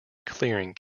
clearing